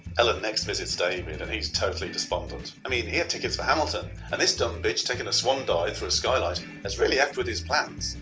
ellen visits david and he's totally despondence i mean he had tickets for hamilton and this dumb bitch taking a swan dive through a skylight has really effed with his plans.